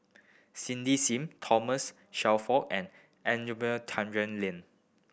Cindy Sim Thomas Shelford and Tjendri Liew